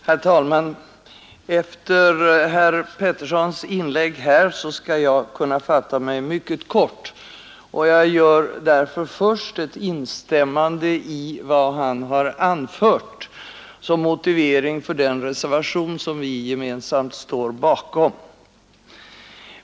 Herr talman! Efter herr Peterssons i Nybro inlägg skulle jag kunna fatta mig mycket kort. Jag instämmer därför först i vad han har anfört såsom motivering för den reservation som vi gemensamt står bakom.